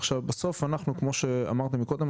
עכשיו בסוף אנחנו כמו שאמרתי מקודם,